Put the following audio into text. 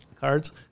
cards